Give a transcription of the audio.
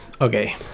okay